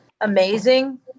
Amazing